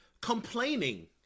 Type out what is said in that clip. complaining